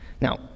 Now